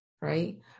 right